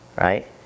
right